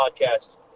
Podcast